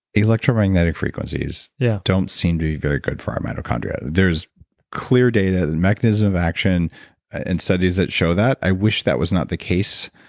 electromagnetic frequencies yeah don't seem to be very good for our mitochondria. there's clear data that mechanism of action and studies that show that, i wish that was not the case,